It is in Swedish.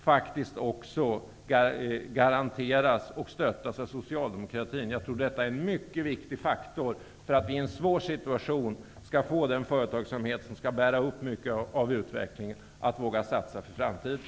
Jag tror att det är en mycket viktig faktor för att vi i en svår situation skall få en företagsamhet som kan bära upp mycket av utvecklingen och som vågar satsa på framtiden.